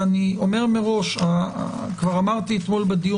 ואני אומר מראש כבר אמרתי אתמול בדיון